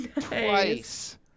twice